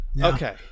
okay